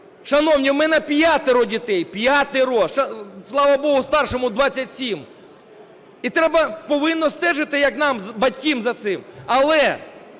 Шановні, у мне п'ятеро дітей, п'ятеро. Слава Богу, старшому – 27. І треба стежити нам, батькам, за цим. Але